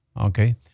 Okay